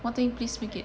what thing please make it